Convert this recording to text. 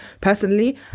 Personally